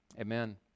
Amen